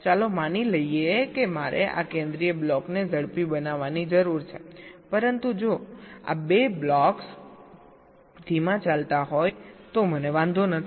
ચાલો માની લઈએ કે મારે આ કેન્દ્રીય બ્લોકને ઝડપી બનાવવાની જરૂર છે પરંતુ જો આ બે બ્લોક્સ ધીમા ચાલતા હોય તો મને વાંધો નથી